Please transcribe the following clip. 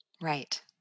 Right